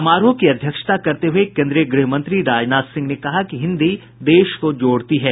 समारोह की अध्यक्षता करते हुए केन्द्रीय गृह मंत्री राजनाथ सिंह ने कहा कि हिन्दी देश को जोड़ती है